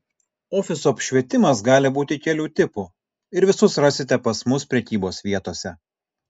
ofisų apšvietimas gali būti kelių tipų ir visus rasite pas mus prekybos vietose